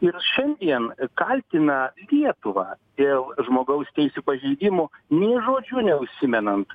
ir šiandien kaltina lietuvą dėl žmogaus teisių pažeidimų nė žodžiu neužsimenant